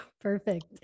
Perfect